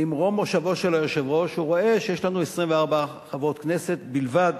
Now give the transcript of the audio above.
ממרום מושבו של היושב-ראש הוא רואה שיש לנו 24 חברות כנסת בלבד